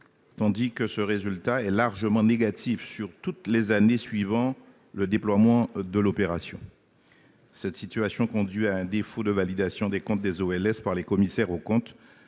tandis que ce résultat est largement négatif sur toutes les années suivant le déploiement de l'opération. Cette situation conduit à un défaut de validation des comptes des OLS par les commissaires aux comptes,